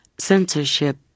Censorship